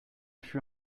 fut